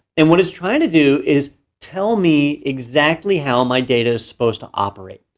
and what it's trying to do is tell me exactly how my data is supposed to operate.